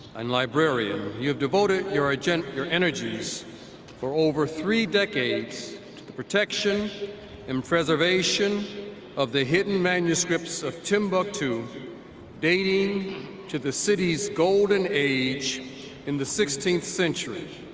and librarian, you have devoted your urgent your energies for over three decades to the protection and preservation of the hidden manuscripts of timbuktu dating to the city's golden age in the sixteenth century